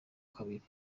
kabiri